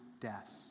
death